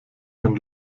man